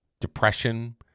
depression